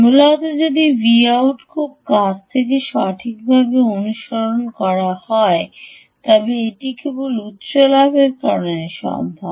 মূলত যদি Vout খুব কাছ থেকে সঠিকভাবে অনুসরণ করা হয় তবে এটি কেবল উচ্চ লাভের কারণে সম্ভব